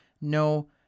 no